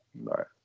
right